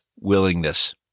willingness